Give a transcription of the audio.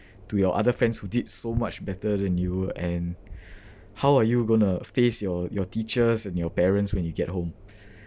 to your other friends who did so much better than you and how are you going to face your your teachers and your parents when you get home